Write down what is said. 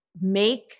Make